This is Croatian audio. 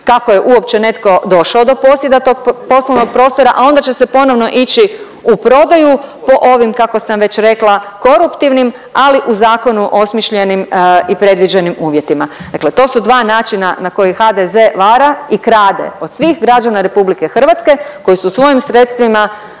kako je uopće netko došao do posjeda tog poslovnog prostora, a onda će se ponovno ići u prodaju po ovim kako sam već rekla koruptivnim, ali u zakonu osmišljenim i predviđenim uvjetima. Dakle, to su dva načina na koji HDZ vara i krade od svih građana Republike Hrvatske koji su svojim sredstvima